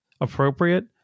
appropriate